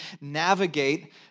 navigate